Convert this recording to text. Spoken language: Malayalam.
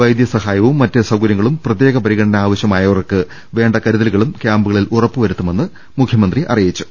വൈദ്യസഹായവും മറ്റ് സൌക ര്യങ്ങളും പ്രത്യേക പരിഗണന ആവശ്യമായവർക്ക് വേണ്ട കരുതലുകളും ക്യാമ്പുകളിൽ ഉറപ്പുവരുത്തുമെന്നും മുഖ്യമന്ത്രി പറഞ്ഞു